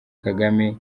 kagame